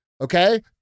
okay